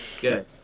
Good